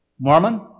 Mormon